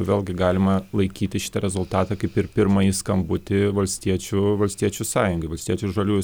vėlgi galima laikyti šitą rezultatą kaip ir pirmąjį skambutį valstiečių valstiečių sąjungai valstiečių žaliųjų